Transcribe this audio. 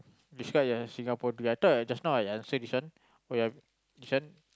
describe your Singapore dream I thought just now I say this one oh ya this one